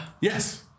Yes